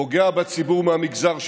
פוגע בציבור מהמגזר שלו,